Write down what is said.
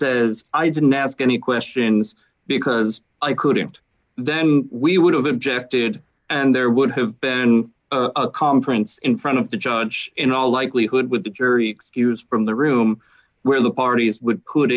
says i didn't ask any questions because i couldn't then we would have objected and there would have been a conference in front of the judge in all likelihood with the jury hears from the room where the parties would put